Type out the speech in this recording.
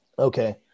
Okay